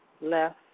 left